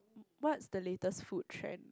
what's the latest food trend